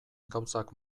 gauzak